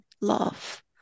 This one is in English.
love